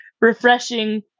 refreshing